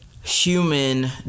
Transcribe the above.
human